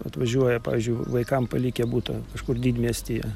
atvažiuoja pavyzdžiui vaikam palikę butą kažkur didmiestyje